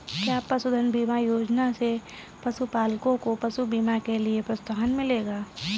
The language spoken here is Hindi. क्या पशुधन बीमा योजना से पशुपालकों को पशु बीमा के लिए प्रोत्साहन मिलेगा?